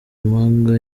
impanga